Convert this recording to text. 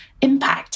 impact